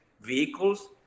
vehicles